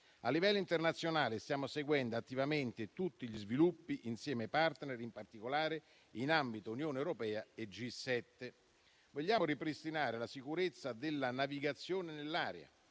A livello internazionale, stiamo seguendo attivamente tutti gli sviluppi insieme ai *partner*, in particolare, in ambito dell'Unione europea e G7. Vogliamo ripristinare la sicurezza della navigazione nell'area,